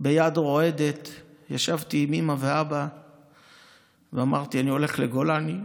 ביד רועדת ישבתי עם אימא ואבא ואמרתי: אני הולך לגולני.